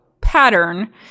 pattern